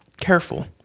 careful